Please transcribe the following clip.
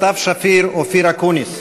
סתיו שפיר ואופיר אקוניס.